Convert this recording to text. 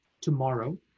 tomorrow